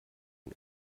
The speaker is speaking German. ihn